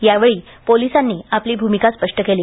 यावेळी पोलिसांनी आपली भूमिका स्पष्ट केली